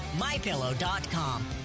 MyPillow.com